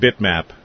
bitmap